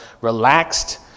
relaxed